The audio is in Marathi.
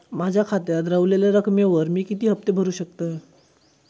माझ्या खात्यात रव्हलेल्या रकमेवर मी किती हफ्ते भरू शकतय?